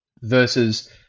versus